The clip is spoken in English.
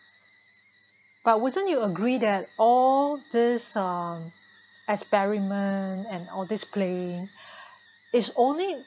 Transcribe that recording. but wasn't you agree that all these uh experiment and all this playing is only